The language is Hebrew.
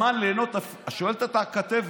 שואלת אותה הכתבת: